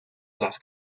las